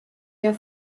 der